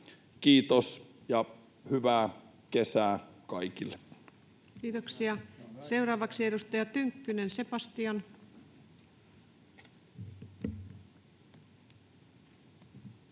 Kiitos, ja hyvää kesää kaikille. Kiitoksia. — Seuraavaksi edustaja Tynkkynen, Sebastian. Kiitoksia,